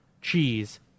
cheese